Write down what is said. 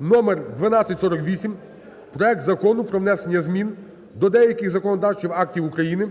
номер 1248: проект Закону про внесення змін до деяких законодавчих актів України